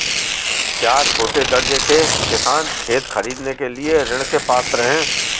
क्या छोटे दर्जे के किसान खेत खरीदने के लिए ऋृण के पात्र हैं?